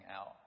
out